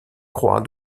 croix